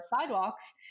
sidewalks